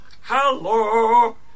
Hello